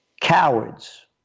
Cowards